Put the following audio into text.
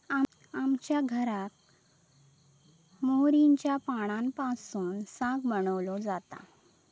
आमच्या घराक मोहरीच्या पानांपासून साग बनवलो जाता